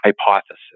hypothesis